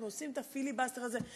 אנחנו עושים את הפיליבסטר הזה,